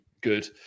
good